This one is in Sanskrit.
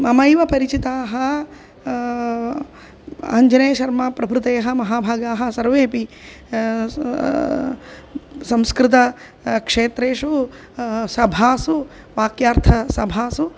ममैव परिचिताः अञ्जनेयशर्माप्रभृतयः महाभागाः सर्वेऽपि संस्कृतं क्षेत्रेषु सभासु वाक्यार्थसभासु